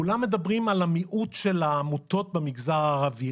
כולם מדברים על המיעוט של העמותות במגזר הערבי,